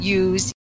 use